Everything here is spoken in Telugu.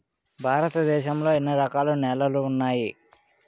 భారతదేశం లో ఎన్ని రకాల నేలలు ఉన్నాయి?